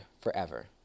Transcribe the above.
forever